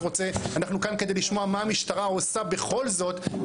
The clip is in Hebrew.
אנחנו כאן כדי לשמוע מה המשטרה בכל זאת עושה